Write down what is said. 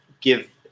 give